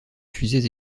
fusées